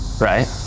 right